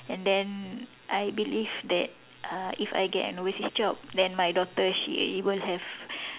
and then I believe that uh if I get an overseas job then my daughter she would have